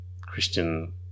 Christian